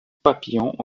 papillons